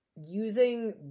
using